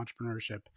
entrepreneurship